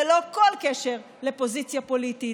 ללא כל קשר לפוזיציה פוליטית,